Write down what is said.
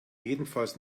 jedenfalls